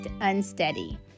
unsteady